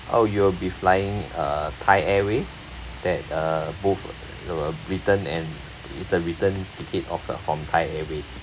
oh you will be flying uh thai airway that uh both uh return and it's a return ticket off lah from thai airway